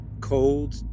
cold